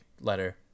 letter